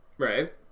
Right